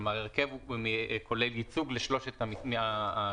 כלומר ההרכב כולל ייצוג לשלושת המשרדים האלה.